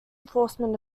enforcement